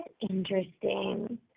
interesting